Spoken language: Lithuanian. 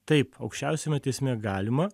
taip aukščiausiame teisme galima